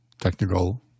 technical